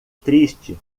triste